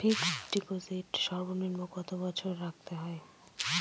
Fixed deposit সর্বনিম্ন কত বছর রাখতে হয়?